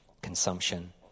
consumption